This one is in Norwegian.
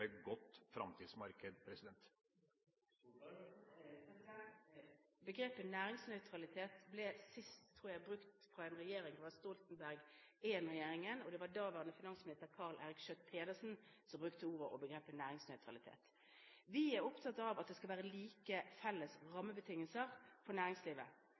med godt framtidsmarked? Sist begrepet «næringsnøytralitet» ble brukt av en regjering var – tror jeg – under Stoltenberg I-regjeringen, og det var daværende finansminister Karl Eirik Schøtt-Pedersen som brukte begrepet. Vi er opptatt av at det skal være like felles rammebetingelser for næringslivet,